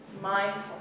Mindful